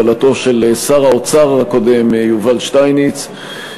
בהובלתו של שר האוצר הקודם יובל שטייניץ,